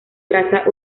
traza